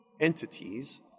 entities